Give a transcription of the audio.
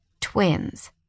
Twins